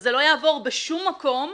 וזה לא יעבור בשום מקום,